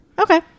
Okay